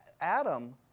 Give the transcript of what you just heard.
Adam